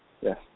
Yes